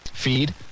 feed